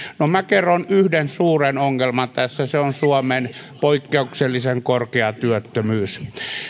minä kerron yhden suuren ongelman tässä se on suomen poikkeuksellisen korkea työttömyys